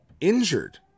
injured